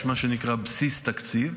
יש מה שנקרא בסיס התקציב,